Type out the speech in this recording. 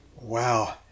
Wow